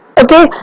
okay